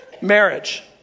Marriage